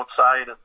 outside